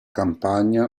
campagna